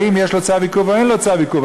האם יש לו צו עיכוב או אין לו צו עיכוב,